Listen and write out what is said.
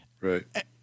right